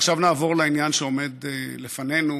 עכשיו נעבור לעניין שעומד לפנינו,